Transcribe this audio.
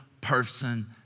person